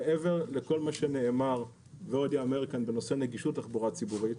מעבר לכל מה שנאמר ועוד ייאמר כאן בנושא נגישות התחבורה הציבורית,